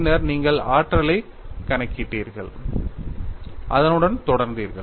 பின்னர் நீங்கள் ஆற்றலைக் கணக்கிட்டீர்கள் அதனுடன் தொடர்ந்தீர்கள்